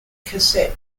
cassette